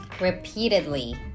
Repeatedly